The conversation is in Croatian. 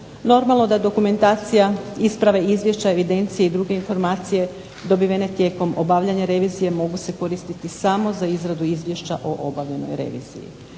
Normalno da dokumentacija, isprave, izvješća, evidencije i druge informacije dobivene tijekom obavljanja revizije mogu se koristiti samo za izradu izvješća o obavljenoj reviziji.